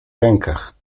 rękach